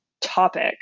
topic